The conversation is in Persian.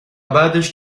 بعدش